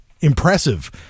impressive